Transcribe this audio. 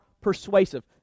persuasive